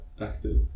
active